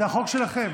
זה חוק שלכם.